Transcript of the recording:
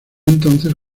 entonces